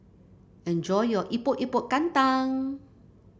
enjoy your Epok Epok Kentang